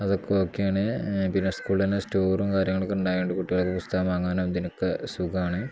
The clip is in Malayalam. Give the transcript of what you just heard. അതൊക്കെ ഒക്കെയാണ് പിന്നെ സ്കൂള തന്നെ സ്റ്റോറും കാര്യങ്ങളൊക്കെ ഉണ്ടായിട്ടുണ്ട് കുട്ടികൾക്കൊക്കെ പുസ്തകം വാങ്ങാനും ഇതിനൊക്കെ സുഖമാണ്